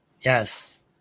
Yes